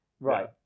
Right